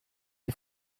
les